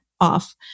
off